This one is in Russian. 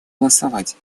голосовать